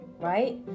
right